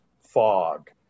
fog